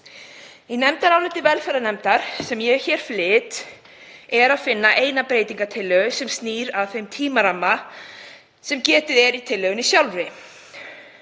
Í nefndaráliti velferðarnefndar, sem ég flyt hér, er að finna eina breytingartillögu sem snýr að þeim tímaramma sem getið er í tillögunni sjálfri.